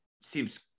seems